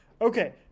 Okay